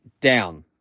down